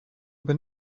been